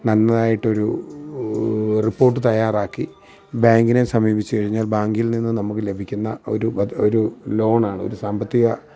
നന്നായിട്ട് ഒരു റിപ്പോര്ട്ട് തയ്യാറാക്കി ബാങ്കിനെ സമീപിച്ചു കഴിഞ്ഞാല് ബാങ്കില് നിന്ന് നമ്മൾക്ക് ലഭിക്കുന്ന ഒരു ഒരു ലോണാണ് ഒരു സാമ്പത്തിക